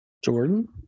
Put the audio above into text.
Jordan